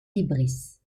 libris